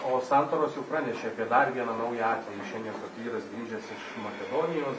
o santaros jau pranešė apie dar vieną naują atvejį šiandien kad vyras grįžęs iš makedonijos